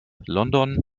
london